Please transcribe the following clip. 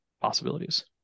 possibilities